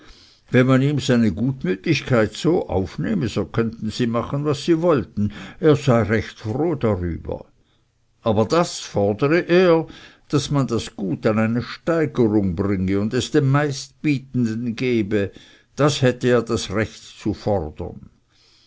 wenn man ihm seine guttätigkeit so aufnehme so könnten sie machen was sie wollten er sei recht froh darüber aber das fordere er daß man das gut an eine steigerung bringe und es dem meistbietenden gebe das hätte er das recht zu fordern